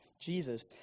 Jesus